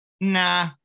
nah